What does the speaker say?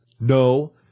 No